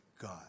God